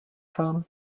fahren